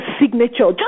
signature